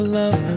love